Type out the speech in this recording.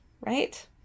right